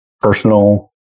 personal